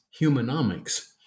humanomics